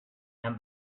and